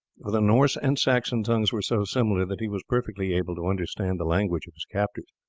for the norse and saxon tongues were so similar that he was perfectly able to understand the language of his captors.